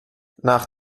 nach